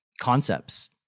concepts